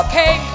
Okay